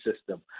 system